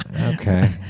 Okay